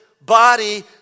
body